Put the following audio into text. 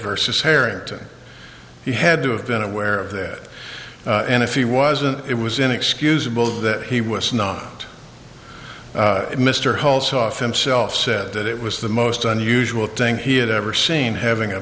versus harrington he had to have been aware of that and if he wasn't it was inexcusable that he was not mr hulshof himself said that it was the most unusual thing he had ever seen having a